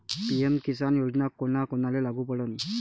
PM Kisan योजना कोना कोनाले लागू पडन?